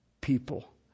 people